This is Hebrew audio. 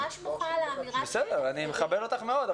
אני ממש שמחה על האמירה --- אני מכבד אותָּך מאוד,